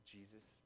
Jesus